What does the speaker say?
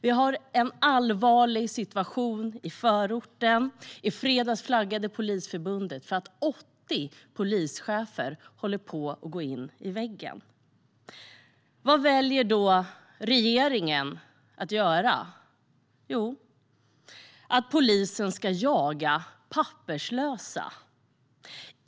Vi har en allvarlig situation i förorten. I fredags flaggade Polisförbundet för att 80 polischefer håller på att gå in i väggen. Vad väljer då regeringen att göra? Jo, se till att polisen ska jaga papperslösa.